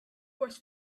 was